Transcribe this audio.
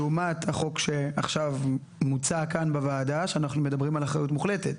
זאת לעומת הצעת החוק שמוצעת עתה ולפיה אנחנו מדברים על אחריות מוחלטת.